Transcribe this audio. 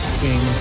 sing